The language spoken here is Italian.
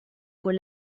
con